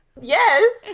yes